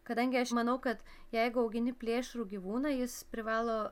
kadangi aš manau kad jeigu augini plėšrų gyvūną jis privalo